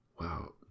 Wow